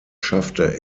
schaffte